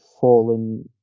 fallen